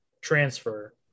transfer